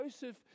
Joseph